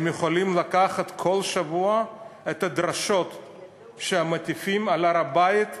הם יכולים לקחת כל שבוע את הדרשות של המטיפים על הר-הבית,